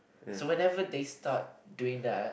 so whenever they start doing that